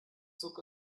zog